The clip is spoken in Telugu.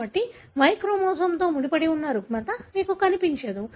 కాబట్టి Y క్రోమోజోమ్తో ముడిపడి ఉన్న రుగ్మత మీకు కనిపించదు